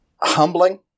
humbling